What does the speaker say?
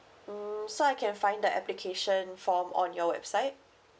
mm so I can find the application form on your website